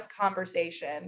conversation